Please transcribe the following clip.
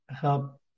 help